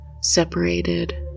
separated